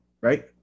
right